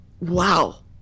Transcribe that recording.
wow